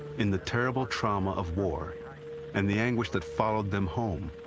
in the terrible trauma of war and the anguish that followed them home,